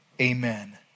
Amen